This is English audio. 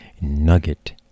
nugget